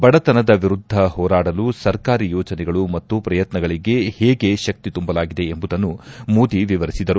ಬಡತನದ ವಿರುದ್ದ ಹೋರಾಡಲು ಸರ್ಕಾರಿ ಯೋಜನೆಗಳು ಮತ್ತು ಪ್ರಯತ್ನಗಳಿಗೆ ಹೇಗೆ ಶಕ್ತಿ ತುಂಬಲಾಗಿದೆ ಎಂಬುದನ್ನು ಮೋದಿ ವಿವರಿಸಿದರು